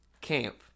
Camp